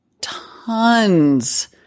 tons